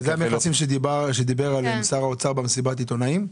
חלקי חילוף --- וזה המכסים שדיבר עליהם שר האוצר במסיבת העיתונאים?